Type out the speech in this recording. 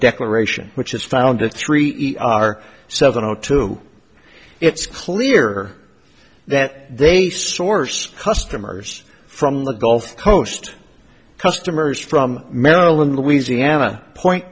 declaration which is founded three are seven o two it's clear that they source customers from the gulf coast customers from maryland louisiana point